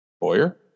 Boyer